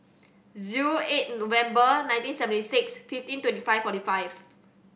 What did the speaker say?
zero eight November nineteen seventy six fifteen twenty five forty five